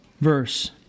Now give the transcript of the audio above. verse